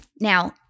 Now